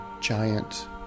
giant